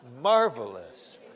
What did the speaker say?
marvelous